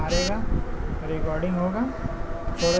avocado হচ্ছে এক ধরনের সুপুস্টিকর এবং সুপুস্পক ফল